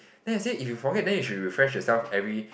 then I said if you forget then you should refresh yourself every